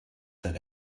that